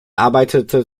arbeitete